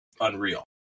unreal